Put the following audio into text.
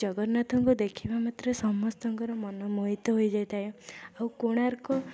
ଜଗନ୍ନାଥଙ୍କୁ ଦେଖିବା ମାତ୍ରେ ସମସ୍ତଙ୍କର ମନ ମୋହିତ ହୋଇଯାଇଥାଏ ଆଉ କୋଣାର୍କ